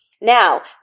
Now